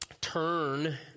turn